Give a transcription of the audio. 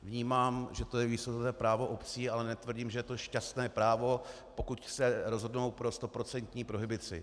Vnímám, že to je výsostné právo obcí, ale netvrdím, že je to šťastné právo, pokud se rozhodnou pro stoprocentní prohibici.